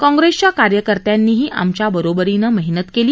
काँग्रेसच्या कार्यकर्त्यांनीही आमच्या बरोबरीनं मेहनत केली